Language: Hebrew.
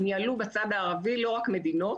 ניהלו בצד הערבי לא רק מדינות,